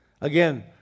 Again